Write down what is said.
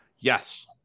Yes